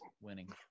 winning